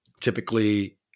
Typically